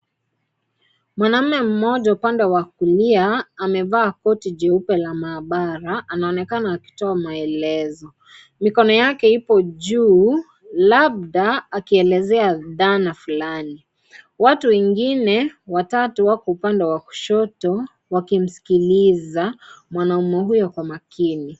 Mwanaume mmoja upande wa kulia amevaa koti jeupe la maabara anaonekana akitoa maelezo, mikono yake ipo juu labda akielezea dhana fulani, watu wengine watatu wako upande wa kushoto wakimsikiliza mwanaume huyo kwa makini.